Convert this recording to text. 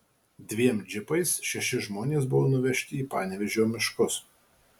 dviem džipais šeši žmonės buvo nuvežti į panevėžio miškus